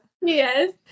yes